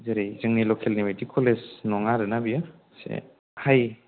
जेरै जोंनि लकेलनि बायदि कलेज नङा आरोना बेयो एसे हाइ